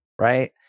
Right